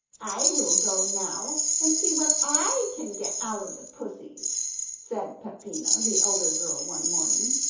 i will go now and see what i can get out of the pussies said peppina, the elder girl, one morning,